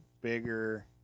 bigger